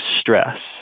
stress